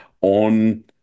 on